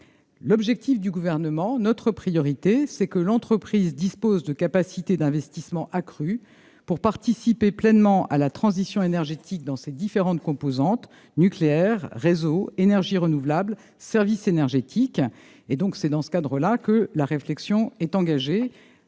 La priorité du Gouvernement est que l'entreprise dispose de capacités d'investissement accrues pour participer pleinement à la transition énergétique dans ses différentes composantes- nucléaire, réseaux, énergies renouvelables, services énergétiques. C'est dans ce cadre que la réflexion est engagée